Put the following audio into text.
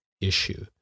issue